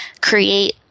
create